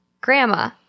Grandma